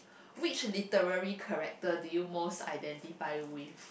which literally character do you most identify with